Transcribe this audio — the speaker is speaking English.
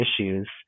issues